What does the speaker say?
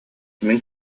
мин